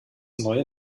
neue